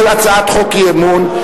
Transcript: כל הצעת חוק אי-אמון,